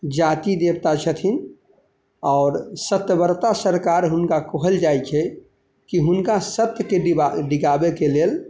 जातिदेवता छथिन आओर सतव्रता सरकार हुनका कहल जाइ छै कि हुनका सत्यके डिगाबैके लेल